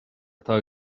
atá